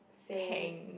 hang